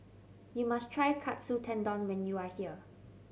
you must try Katsu Tendon when you are here